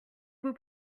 vous